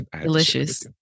Delicious